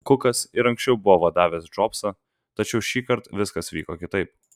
kukas ir anksčiau buvo vadavęs džobsą tačiau šįkart viskas vyko kitaip